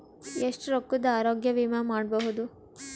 ಎಷ್ಟ ರೊಕ್ಕದ ಆರೋಗ್ಯ ವಿಮಾ ಮಾಡಬಹುದು?